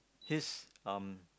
his um